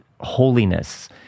holiness